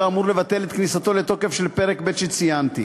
כאמור, לבטל את כניסתו לתוקף של פרק ב' שציינתי.